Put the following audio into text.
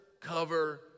cover